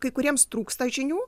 kai kuriems trūksta žinių